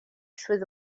through